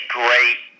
great